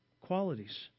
qualities